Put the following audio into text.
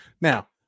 Now